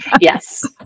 Yes